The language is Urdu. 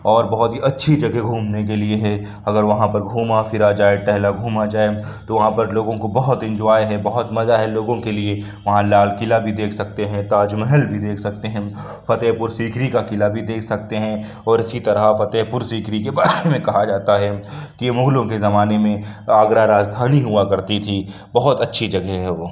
اور بہت ہی اچھی جگہ گھومنے کے لیے ہے اگر وہاں پر گھوما پھرا جائے ٹہلا گھوما جائے تو وہاں پر لوگوں کو بہت انجوائے ہے بہت مزہ ہے لوگوں کے لیے وہاں لال قلعہ بھی دیکھ سکتے ہیں تاج محل بھی دیکھ سکتے ہیں فتح پور سیکری کا قلعہ بھی دیکھ سکتے ہیں اور اِسی طرح فتح پور سیکری کے بارے میں کہا جاتا ہے کہ مغلوں کے زمانے میں آگرہ راجدھانی ہُوا کرتی تھی بہت اچھی جگہ ہے وہ